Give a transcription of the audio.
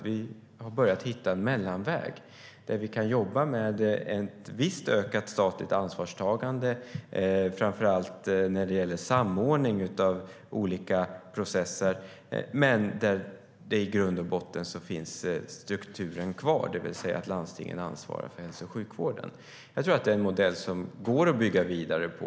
Vi har börjat hitta en mellanväg där vi kan jobba med ett visst ökat statligt ansvarstagande framför allt när det gäller samordning av olika processer men där strukturen i grund och botten finns kvar, det vill säga att landstingen ansvarar för hälso och sjukvården. Jag tror att det är en modell som det går att bygga vidare på.